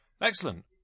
Excellent